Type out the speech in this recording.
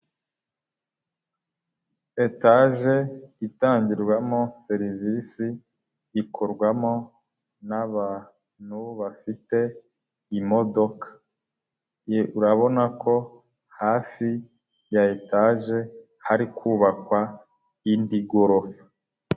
Etaje itangirwamo serivisi ikorwamo n'abantu bafite imodoka, urabona ko hafi ya etaje hari kubakwa indi gorofa.